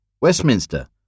Westminster